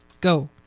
Go